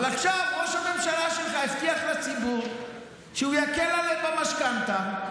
אבל עכשיו ראש הממשלה שלך הבטיח לציבור שהוא יקל עליהם עם המשכנתה,